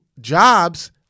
Jobs